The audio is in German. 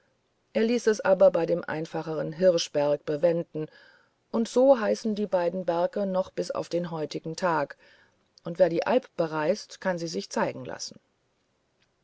er ließ es aber bei dem einfacheren hirschberg bewenden und so heißen die beiden berge noch bis auf den heutigen tag und wer die alb bereist kann sie sich zeigen lassen